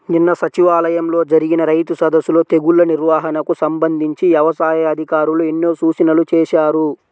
నిన్న సచివాలయంలో జరిగిన రైతు సదస్సులో తెగుల్ల నిర్వహణకు సంబంధించి యవసాయ అధికారులు ఎన్నో సూచనలు చేశారు